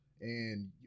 And-